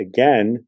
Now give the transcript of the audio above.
Again